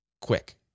Quick